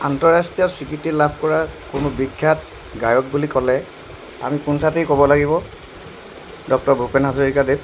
আন্তঃৰাষ্ট্ৰীয় স্বীকৃতি লাভ কৰা কোনো বিখ্যাত গায়ক বুলি ক'লে আমি পোনচাতেই ক'ব লাগিব ডক্তৰ ভূপেন হাজৰিকাদেৱ